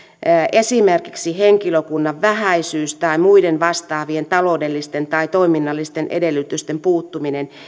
esimerkiksi henkilökunnan vähäisyys tai muiden vastaavien taloudellisten tai toiminnallisten edellytysten puuttuminen